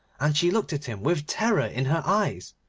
and she looked at him with terror in her eyes,